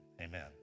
amen